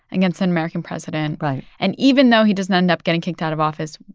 against an american president right and even though he doesn't end up getting kicked out of office,